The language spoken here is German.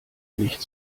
nicht